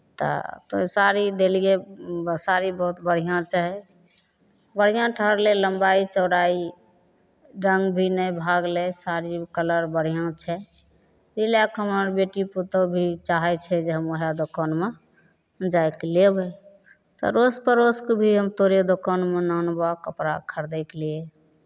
तऽ साड़ी देलियै साड़ी बहुत बढिऑं रहै बढिऑं ठहरलै लम्बाई चौराई रंग भी नहि भागलै साड़ीके कलर बढिऑं छै ई लए कऽ हमर बेटी पुतौह भी चाहै छै जे हम वएहै दोकानमे जाइ कऽ लेबै अरोस परोसके भी हम तोरे दोकानमे आनबऽ कपरा खरीदैके लिये